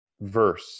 verse